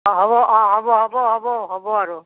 অঁ হ'ব হ'ব হ'ব হ'ব আৰু